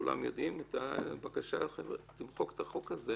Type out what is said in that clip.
כולם יודעים הייתה בקשה למחוק את החוק הזה